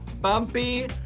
bumpy